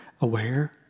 aware